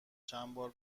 چندبار